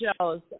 shows